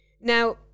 Now